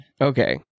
Okay